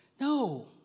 No